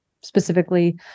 specifically